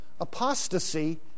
apostasy